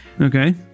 Okay